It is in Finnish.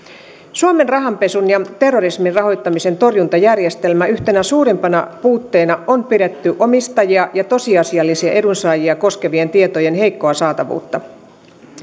suomen rahanpesun ja terrorismin rahoittamisen torjuntajärjestelmän yhtenä suurimpana puutteena on pidetty omistajia ja tosiasiallisia edunsaajia koskevien tietojen heikkoa saatavuutta